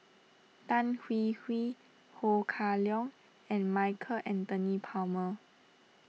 Tan Hwee Hwee Ho Kah Leong and Michael Anthony Palmer